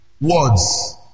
Words